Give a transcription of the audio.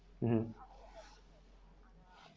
mmhmm